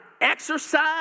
exercise